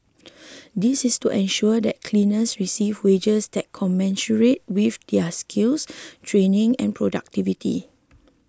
this is to ensure that cleaners receive wages that commensurate with their skills training and productivity